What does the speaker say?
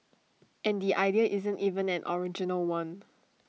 and the idea isn't even an original one